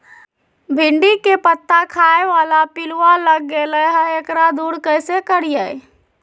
भिंडी के पत्ता खाए बाला पिलुवा लग गेलै हैं, एकरा दूर कैसे करियय?